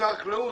לשר החקלאות,